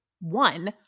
one